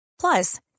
Plus